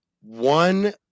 one